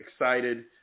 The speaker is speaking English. Excited